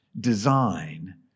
design